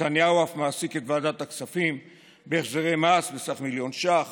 נתניהו אף מעסיק את ועדת הכספים בהחזרי מס בסך מיליון ש"ח